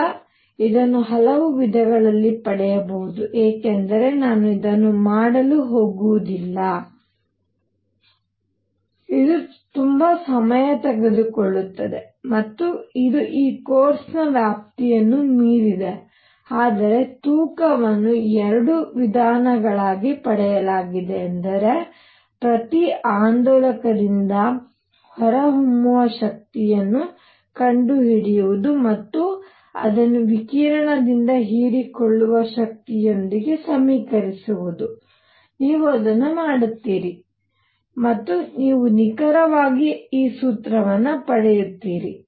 ಈಗ ಇದನ್ನು ಹಲವು ವಿಧಗಳಲ್ಲಿ ಪಡೆಯಬಹುದು ಏಕೆಂದರೆ ನಾನು ಇದನ್ನು ಮಾಡಲು ಹೋಗುವುದಿಲ್ಲ ಏಕೆಂದರೆ ಇದು ಸಮಯ ತೆಗೆದುಕೊಳ್ಳುತ್ತದೆ ಮತ್ತು ಇದು ಈ ಕೋರ್ಸ್ನ ವ್ಯಾಪ್ತಿಯನ್ನು ಮೀರಿದೆ ಆದರೆ ತೂಕವನ್ನು ಎರಡು ವಿಧಾನಗಳಾಗಿ ಪಡೆಯಲಾಗಿದೆ ಎಂದರೆ ಪ್ರತಿ ಆಂದೋಲಕದಿಂದ ಹೊರಹೊಮ್ಮುವ ಶಕ್ತಿಯನ್ನು ಕಂಡುಹಿಡಿಯುವುದು ಮತ್ತು ಅದನ್ನು ವಿಕಿರಣದಿಂದ ಹೀರಿಕೊಳ್ಳುವ ಶಕ್ತಿಯೊಂದಿಗೆ ಸಮೀಕರಿಸುವುದು ನೀವು ಅದನ್ನು ಮಾಡುತ್ತೀರಿ ಮತ್ತು ನೀವು ನಿಖರವಾಗಿ ಈ ಸೂತ್ರವನ್ನು ಪಡೆಯುತ್ತೀರಿ